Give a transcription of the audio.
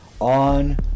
on